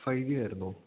phi G ആയിരുന്നോ